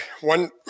one